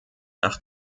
nach